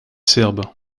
serbe